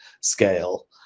scale